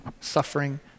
suffering